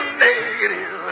negative